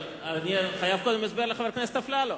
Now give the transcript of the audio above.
אבל אני חייב קודם הסבר לחבר הכנסת אפללו.